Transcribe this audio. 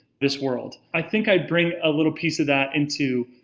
this world. i think i bring a little piece of that into,